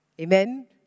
Amen